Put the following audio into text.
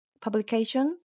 publication